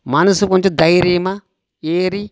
மனது கொஞ்சம் தைரியமாக ஏறி